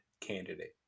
candidate